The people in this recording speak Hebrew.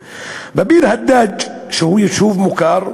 בביר-הדאג', שהוא יישוב מוכר,